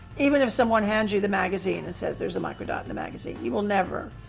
even if someone hands you the magazine and says, there's a microdot in the magazine, you will never,